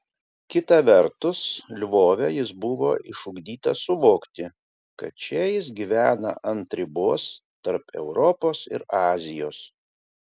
kita vertus lvove jis buvo išugdytas suvokti kad čia jis gyvena ant ribos tarp europos ir azijos